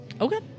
Okay